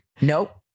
Nope